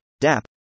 DAP